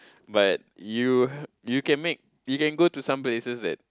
but you you can make you can go to some places that